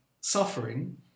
suffering